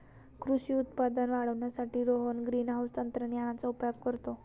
कृषी उत्पादन वाढवण्यासाठी रोहन ग्रीनहाउस तंत्रज्ञानाचा उपयोग करतो